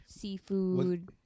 Seafood